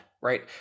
right